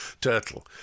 turtle